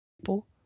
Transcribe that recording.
people